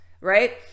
right